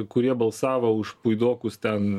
kurie balsavo už puidokus ten